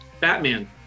Batman